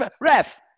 Ref